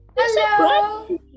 Hello